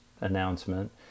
announcement